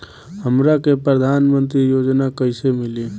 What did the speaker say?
हमरा के प्रधानमंत्री योजना कईसे मिली?